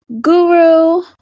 guru